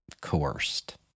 coerced